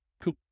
Cool